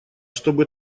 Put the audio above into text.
чтобы